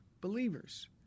believers